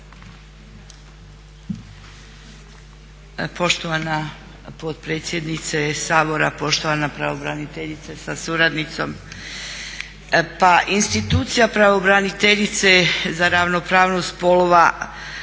Poštovana potpredsjednice Sabora, poštovana pravobraniteljice sa suradnicom. Pa institucije pravobraniteljice za ravnopravnost spolova